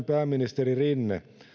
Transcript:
pääministeri rinne